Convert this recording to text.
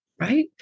right